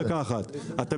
אני